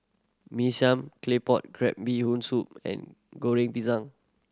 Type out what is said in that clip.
Mee Siam Claypot Crab Bee Hoon Soup and Goreng Pisang